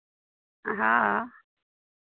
हँ